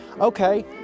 Okay